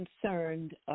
concerned